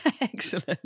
excellent